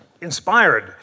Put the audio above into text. inspired